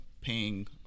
paying